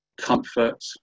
comfort